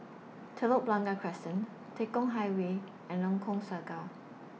Telok Blangah Crescent Tekong Highway and Lengkok Saga